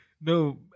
No